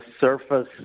surface